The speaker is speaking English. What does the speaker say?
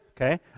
okay